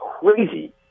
crazy